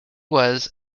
was